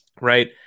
right